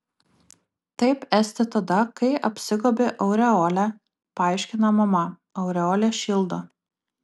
taip esti tada kai apsigobi aureole paaiškina mama aureolė šildo